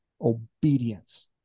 obedience